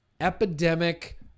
epidemic